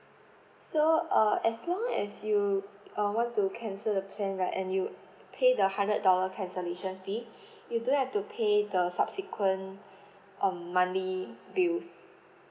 so uh as long as you uh want to cancel the plan right and you pay the hundred dollar cancellation fee you don't have to pay the subsequent um monthly bills